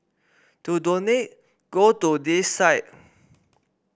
to donate go to this site